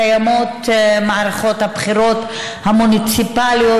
קיימות מערכות הבחירות המוניציפליות.